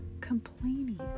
complaining